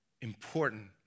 important